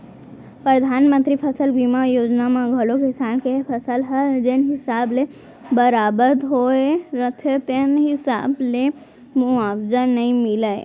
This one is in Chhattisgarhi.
परधानमंतरी फसल बीमा योजना म घलौ किसान के फसल ह जेन हिसाब ले बरबाद होय रथे तेन हिसाब ले मुवावजा नइ मिलय